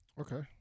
Okay